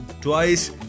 twice